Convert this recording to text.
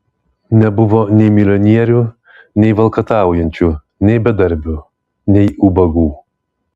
nebuvo nei milijonierių nei valkataujančių nei bedarbių nei ubagų